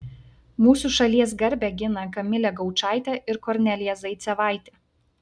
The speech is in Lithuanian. mūsų šalies garbę gina kamilė gaučaitė ir kornelija zaicevaitė